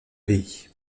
pays